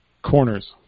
Corners